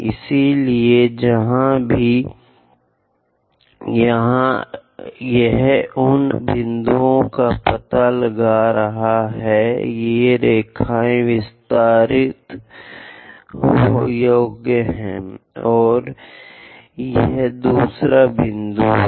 इसलिए जहाँ भी यह उन बिंदुओं का पता लगा रहा है ये रेखाएँ विस्तार योग्य हैं और यह दूसरा बिंदु है